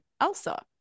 Elsa